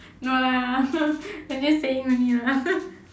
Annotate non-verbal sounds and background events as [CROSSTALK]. no lah [LAUGHS] I just saying only lah [LAUGHS]